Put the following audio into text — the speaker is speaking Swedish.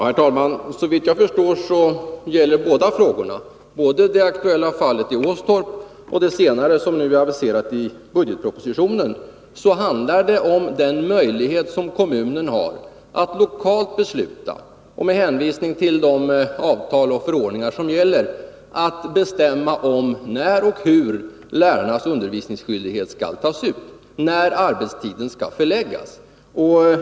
Herr talman! Såvitt jag förstår handlar det både i det aktuella fallet i Åstorp och i det senare fallet, som aviserats i budgetpropositionen, om den möjlighet som kommunen har att lokalt fatta beslut om och att, med hänvisning till de avtal och förordningar som gäller, bestämma om när och hur lärarnas undervisningsskyldighet skall utnyttjas, hur arbetstiden skall förläggas.